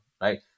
right